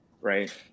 right